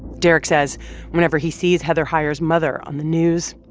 derek says whenever he sees heather heyer's mother on the news,